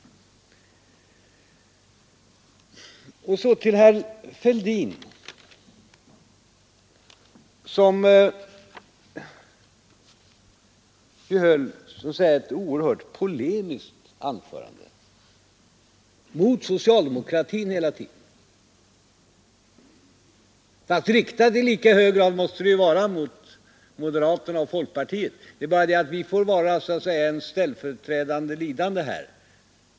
Så till herr Fälldin, som höll ett oerhört polemiskt anförande, som hela tiden riktade sig mot socialdemokratin, men det måste ju i lika hög grad vara riktat mot moderaterna och folkpartiet. Vi får så att säga utgöra ett ställföreträdande lidande.